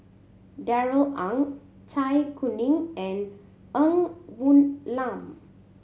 Darrell Ang Zai Kuning and Ng Woon Lam